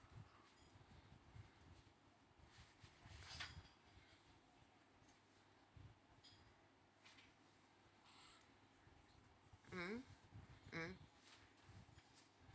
mmhmm mm